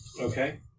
Okay